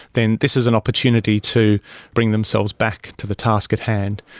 then this is an opportunity to bring themselves back to the task at hand.